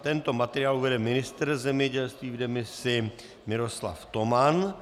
Tento materiál uvede ministr zemědělství v demisi Miroslav Toman.